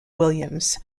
williams